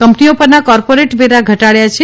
કંપનીઓ પરના કોર્પોરેટ વેરા ઘટાડ્યા છે